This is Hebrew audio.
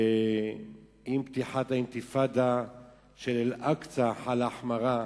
ועם פתיחת אינתיפאדת אל-אקצא חלה החמרה.